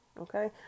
Okay